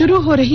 शुरू हो रही